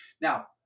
now